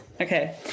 Okay